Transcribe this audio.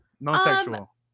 non-sexual